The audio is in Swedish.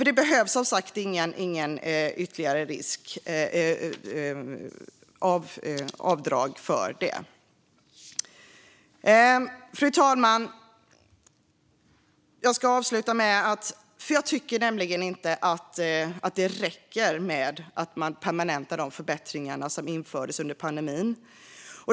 Det behövs inget ytterligare självriskavdrag för det. Avslutningsvis, fru talman, tycker jag inte att det räcker med att permanenta de förbättringar som infördes under pandemin.